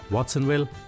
Watsonville